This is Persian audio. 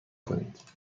کنید